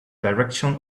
direction